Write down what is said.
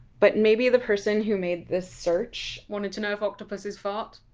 but maybe the person who made this search wants to know if octopuses fart?